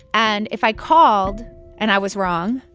and if i called and i was wrong,